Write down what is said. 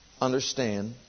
understand